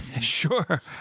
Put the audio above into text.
Sure